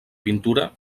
pintura